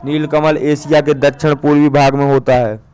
नीलकमल Asia के दक्षिण पूर्वी भाग में होता है